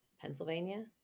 Pennsylvania